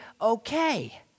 okay